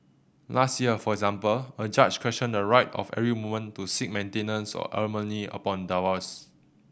last year for example a judge questioned the right of every woman to seek maintenance or alimony upon divorce